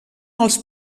els